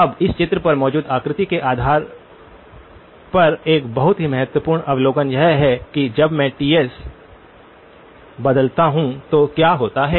अब इस चित्र पर मौजूद आकृति के आधार पर एक बहुत ही महत्वपूर्ण अवलोकन यह है कि जब मैं Ts बदलता हूं तो क्या होता है